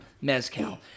Mezcal